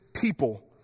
people